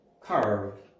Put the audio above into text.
carved